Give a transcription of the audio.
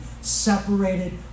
separated